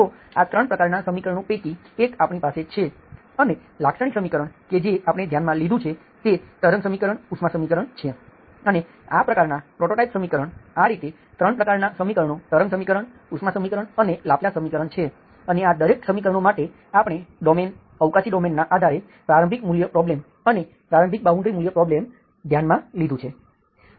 તો આ 3 પ્રકારનાં સમીકરણો પૈકી એક આપણી પાસે છે અને લાક્ષણિક સમીકરણ કે જે આપણે ધ્યાનમાં લીધું છે તે તરંગ સમીકરણ ઉષ્મા સમીકરણ છે અને આ પ્રકારના પ્રોટોટાઇપ સમીકરણ આ રીતે 3 પ્રકારના સમીકરણો તરંગ સમીકરણ ઉષ્મા સમીકરણ અને લાપ્લાસ સમીકરણ છે અને આ દરેક સમીકરણો માટે આપણે ડોમેઈન અવકાશી ડોમેઈનનાં આધારે પ્રારંભિક મૂલ્ય પ્રોબ્લેમ અને પ્રારંભિક બાઉન્ડ્રી મૂલ્ય પ્રોબ્લેમ ધ્યાનમાં લીધું છે